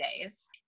days